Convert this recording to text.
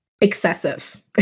excessive